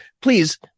please